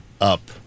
up